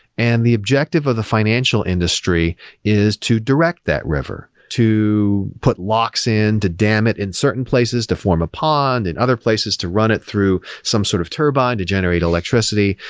and the objective of the financial industry is to direct that river, to put locks in, to dam in certain places, to form a pond in other places to run it through some sort of turbine to generate electricity.